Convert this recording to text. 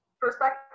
perspective